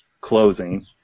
closing